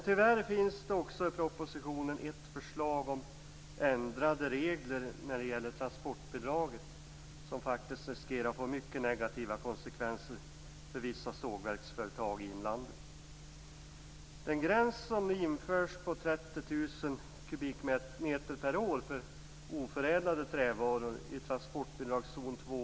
Tyvärr finns det också i propositionen ett förslag om ändrade regler för transportbidraget, som faktiskt riskerar att få negativa konsekvenser för vissa sågverksföretag i inlandet.